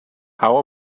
how